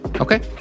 Okay